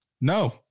No